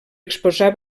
exposar